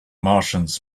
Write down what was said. martians